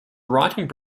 writing